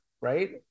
right